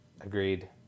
Agreed